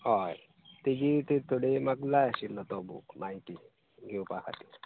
हय तीं तीं थोडी म्हाका जाय आशिल्लो तो बूक म्हायती घेवपा खातीर